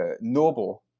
noble